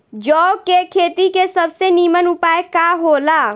जौ के खेती के सबसे नीमन उपाय का हो ला?